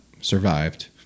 survived